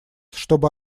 чтобы